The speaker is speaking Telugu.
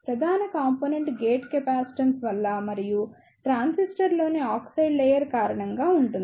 ప్రధాన కంపోనెంట్ గేట్ కెపాసిటెన్స్ వల్ల మరియు ట్రాన్సిస్టర్లోని ఆక్సైడ్ లేయర్ కారణంగా ఉంటుంది